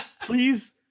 Please